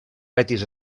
betis